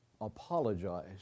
apologize